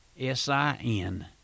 S-I-N